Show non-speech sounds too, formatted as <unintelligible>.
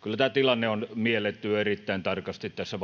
kyllä tämä tilanne on mielletty erittäin tarkasti tässä <unintelligible>